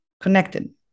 connected